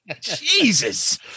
Jesus